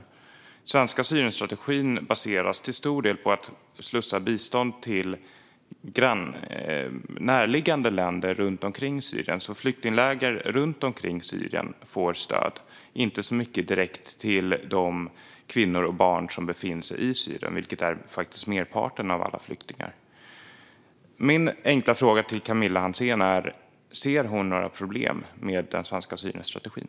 Den svenska Syrienstrategin baseras till stor del på att slussa bistånd till närliggande länder, runt omkring Syrien. Flyktingläger i länder runt omkring Syrien får alltså stöd, men det går inte särskilt mycket direkt till de kvinnor och barn som befinner sig i Syrien, vilket faktiskt är merparten av flyktingarna. Min enkla fråga till Camilla Hansén är om hon ser några problem med den svenska Syrienstrategin.